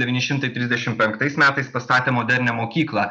devyni šimtai trisdešimt penktais metais pastatė modernią mokyklą